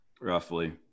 Roughly